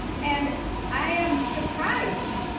and i am surprised